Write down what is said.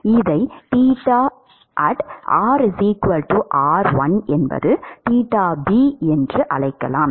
இதை rr1 b எனலாம்